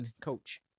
coach